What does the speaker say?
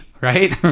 Right